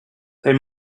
they